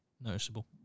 noticeable